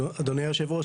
אדוני יושב הראש,